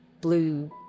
Blue